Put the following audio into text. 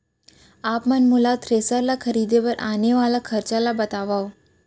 आप मन मोला थ्रेसर ल खरीदे बर आने वाला खरचा ल बतावव?